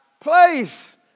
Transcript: place